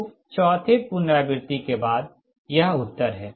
तो चौथे पुनरावृति के बाद यह उत्तर है